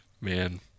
Man